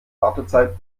wartezeit